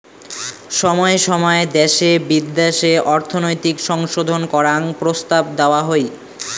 সময় সময় দ্যাশে বিদ্যাশে অর্থনৈতিক সংশোধন করাং প্রস্তাব দেওয়া হই